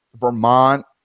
Vermont